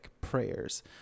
prayers